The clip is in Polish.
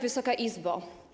Wysoka Izbo!